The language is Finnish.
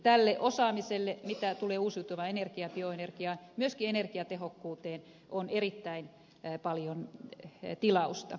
tälle osaamiselle mitä tulee uusiutuvaan energiaan bioenergiaan myöskin energiatehokkuuteen on erittäin paljon tilausta